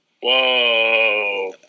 whoa